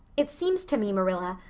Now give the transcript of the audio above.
it seems to me, marilla,